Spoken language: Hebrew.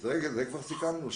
את זה כבר סיכמנו.